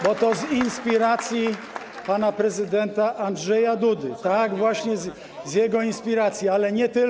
Bo to z inspiracji pana prezydenta Andrzeja Dudy, tak, właśnie z jego inspiracji, ale nie tylko.